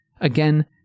Again